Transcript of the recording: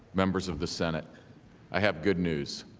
members of the senate i have good news.